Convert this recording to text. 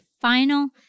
final